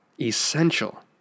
essential